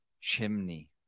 chimney